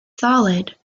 solid